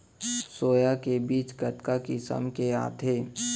Soya के बीज कतका किसम के आथे?